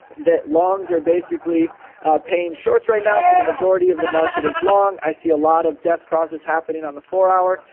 that longs are basically paying shorts right now. so the majority of the market is long. i see a lot of death crosses happening on the four hour.